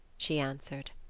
she answered.